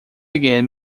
again